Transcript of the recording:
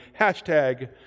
Hashtag